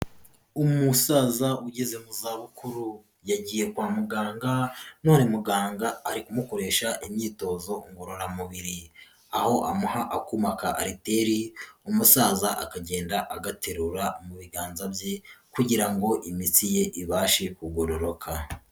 Umusaza ugeze mu za bukuru yagiye kwa muganga none muganga ari kumukoresha imyitozo ngororamubiri, aho amuha akumaka ka ariteri umusaza akagenda agaterura mu biganza bye kugira ngo imitsi ye ibashe kugororoka.